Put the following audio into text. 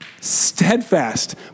Steadfast